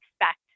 expect